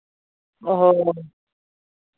ᱦᱳᱭ